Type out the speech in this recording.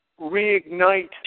reignite